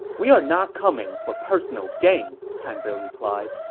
we are not coming for personal gain, kan ze replied.